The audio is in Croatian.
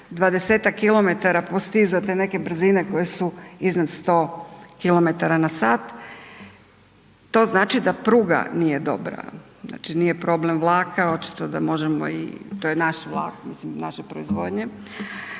kilometara te neke brzine koje su iznad 100 km/h, to znači da pruga nije dobra. Znači nije problem vlaka, to je naš vlak, naše proizvodnje,